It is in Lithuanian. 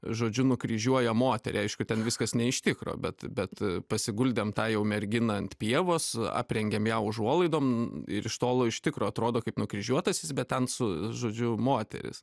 žodžiu nukryžiuoja moterį aišku ten viskas ne iš tikro bet bet pasiguldėm tą jau merginą ant pievos aprengėm ją užuolaidom ir iš tolo iš tikro atrodo kaip nukryžiuotasis bet ten su žodžiu moteris